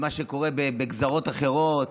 במה שקורה בגזרות אחרות,